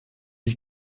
die